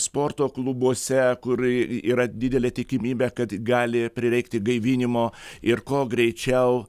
sporto klubuose kur yra didelė tikimybė kad gali prireikti gaivinimo ir kuo greičiau